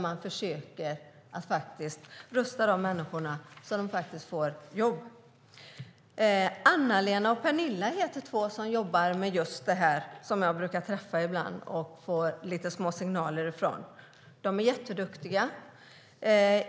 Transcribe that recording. Man försöker rusta de människorna, så att de får jobb. Anna-Lena och Pernilla heter två som jobbar med just det här. Jag brukar träffa dem ibland och få små signaler från dem. De är jätteduktiga.